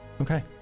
okay